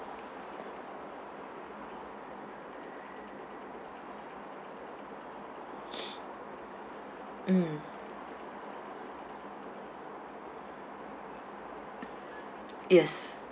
mm yes